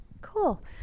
cool